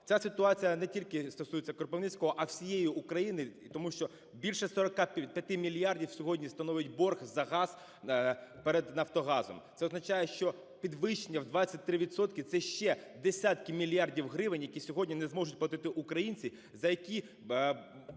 Ця ситуація не тільки стосується Кропивницького, а всієї України, тому що більше 45 мільярдів сьогодні становить борг за газ перед "Нафтогазом". Це означає, що підвищення у 23 відсотки – це ще десятки мільярдів гривень, які сьогодні не зможуть платити українці, за які